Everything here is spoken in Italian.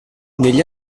negli